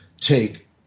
take